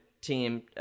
team